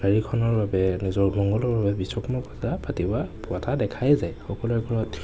গাড়ীখনৰ বাবে নিজৰ মংগলৰ বাবে বিশ্বকৰ্মা পূজা পাতি বা পতা দেখাই যায় সকলোৰে ঘৰত